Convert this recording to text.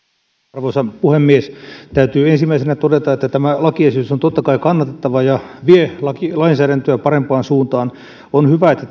arvoisa puhemies täytyy ensimmäisenä todeta että tämä lakiesitys on totta kai kannatettava ja vie lainsäädäntöä parempaan suuntaan on hyvä että